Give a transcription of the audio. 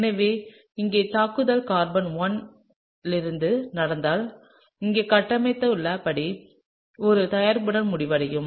எனவே இங்கே தாக்குதல் கார்பன் எண் 1 இலிருந்து நடந்தால் இங்கே காட்டப்பட்டுள்ள படி ஒரு தயாரிப்புடன் முடிவடையும்